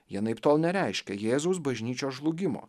ji anaiptol nereiškia jėzaus bažnyčios žlugimo